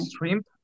shrimp